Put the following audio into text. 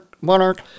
monarch